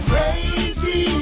Crazy